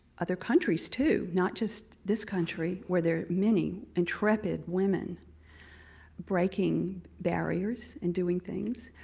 other countries too, not just this country where there are many intrepid women breaking barriers and doing things,